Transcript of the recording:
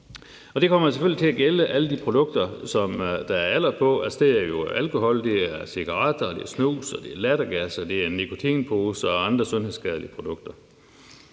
det kommer jo selvfølgelig til at gælde alle de produkter, som der er en aldersgrænse på, altså alkohol, cigaretter, snus, lattergas, nikotinposer og andre sundhedsskadelige produkter.